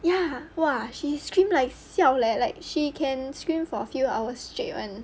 ya !wah! she scream like siao leh like she can scream for a few hours straight [one]